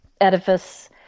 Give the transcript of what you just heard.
edifice